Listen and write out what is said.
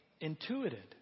intuited